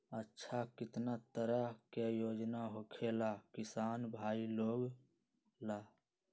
अच्छा कितना तरह के योजना होखेला किसान भाई लोग ला?